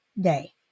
day